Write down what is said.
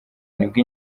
nibwo